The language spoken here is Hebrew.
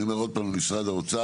אני אומר עוד פעם למשרד האוצר,